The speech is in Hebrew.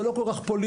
זה לא כל כך פוליטי,